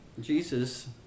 jesus